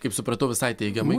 kaip supratau visai teigiamai